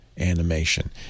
animation